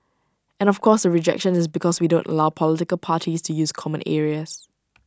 and of course the rejection is because we don't allow political parties to use common areas